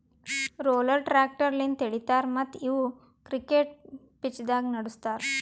roller tractor ಲಿಂತ್ ಎಳಿತಾರ ಮತ್ತ್ ಇವು ಕ್ರಿಕೆಟ್ ಪಿಚ್ದಾಗ್ನು ನಡುಸ್ತಾರ್